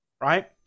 right